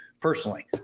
personally